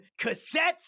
cassettes